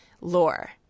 lore